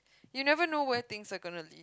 you never know things are going